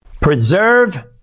Preserve